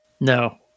no